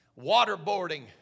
waterboarding